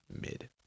mid